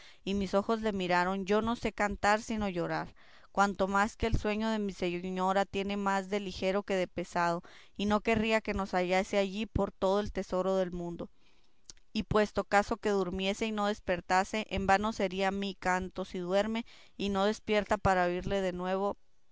y mis ojos le miraron yo no sé cantar sino llorar cuanto más que el sueño de mi señora tiene más de ligero que de pesado y no querría que nos hallase aquí por todo el tesoro del mundo y puesto caso que durmiese y no despertase en vano sería mi canto si duerme y no despierta para oírle este nuevo